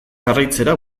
jarraitzera